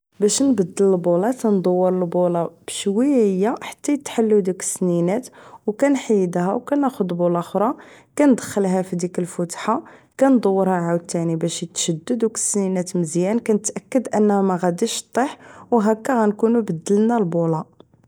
باش نبدل البولة كندور البولة بشوية حتى يتحيدو دوك السنينات و كنحيدها وكناخد بولة خرى كندخلها فديك الفتحة كندورها عاوتاني حتى تيشدو دوك السنينات مزيان و ماغاديش طيح و هكا غنكونو بدلنا البولة